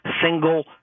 single